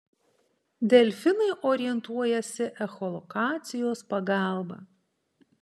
delfinai orientuojasi echolokacijos pagalba